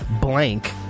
blank